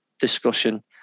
discussion